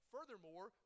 Furthermore